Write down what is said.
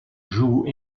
joue